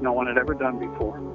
no one had ever done before.